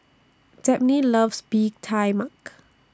Dabney loves Bee Tai Mak